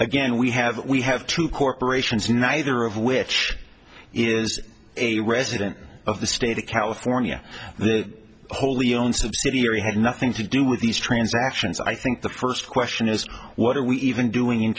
again we have we have two corporations neither of which is a resident of the state of california the wholly owned subsidiary had nothing to do with these transactions i think the first question is what are we even doing in